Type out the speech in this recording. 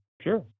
sure